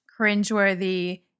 cringeworthy